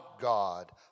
God